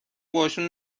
باهاشون